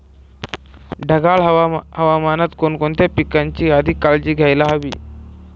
ढगाळ हवामानात कोणकोणत्या पिकांची अधिक काळजी घ्यायला हवी?